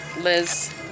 Liz